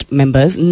members